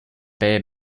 bear